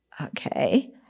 okay